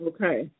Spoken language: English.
Okay